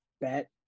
bet